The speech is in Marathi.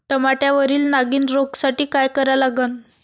टमाट्यावरील नागीण रोगसाठी काय करा लागन?